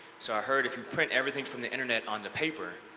so i heard if you print everything from the internet onto paper,